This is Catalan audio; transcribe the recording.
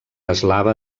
eslava